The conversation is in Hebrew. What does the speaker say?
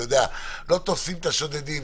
לא תופסים את השודדים,